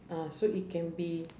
ah so it can be